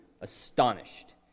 astonished